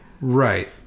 right